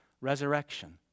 resurrection